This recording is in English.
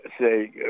say